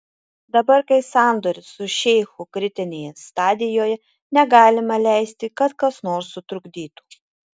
dabar kai sandoris su šeichu kritinėje stadijoje negalima leisti kad kas nors sutrukdytų